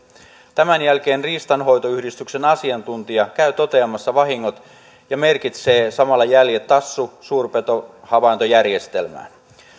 tämän jälkeen riistanhoitoyhdistyksen asiantuntija käy toteamassa vahingot ja merkitsee samalla jäljet tassu suurpetohavaintojärjestelmään